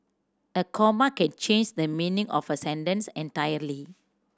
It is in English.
a comma can change the meaning of a sentence entirely